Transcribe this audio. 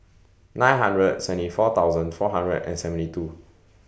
nine hundred seventy four thousand four hundred and seventy two